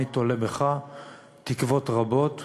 אני תולה בך תקוות רבות.